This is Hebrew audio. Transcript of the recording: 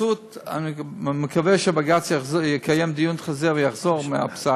בחסות אני מקווה שבג"ץ יקיים דיון כזה ויחזור מהפסק,